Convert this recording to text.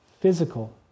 physical